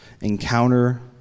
encounter